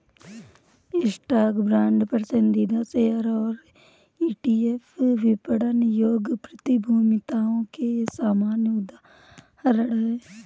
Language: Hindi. स्टॉक, बांड, पसंदीदा शेयर और ईटीएफ विपणन योग्य प्रतिभूतियों के सामान्य उदाहरण हैं